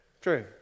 True